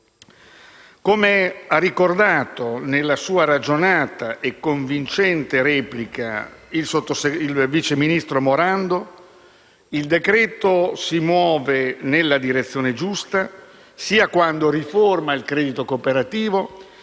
Come ha ricordato nella sua ragionata e convincente replica il vice ministro Morando, il decreto-legge si muove nella direzione giusta sia quando riforma il credito cooperativo